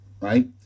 Right